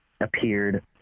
appeared